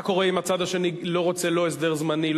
מה קורה אם הצד השני לא רוצה לא הסדר זמני,